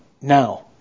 now